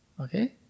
Okay